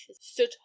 stood